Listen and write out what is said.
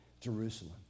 Jerusalem